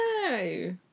No